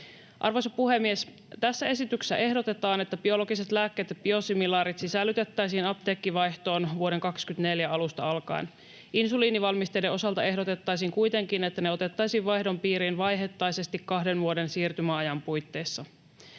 Arvoisa puhemies! Tässä esityksessä ehdotetaan, että biologiset lääkkeet ja biosimilaarit sisällytettäisiin apteekkivaihtoon vuoden 24 alusta alkaen. Insuliinivalmisteiden osalta ehdotettaisiin kuitenkin, että ne otettaisiin vaihdon piiriin vaiheittaisesti kahden vuoden siirtymäajan puitteissa.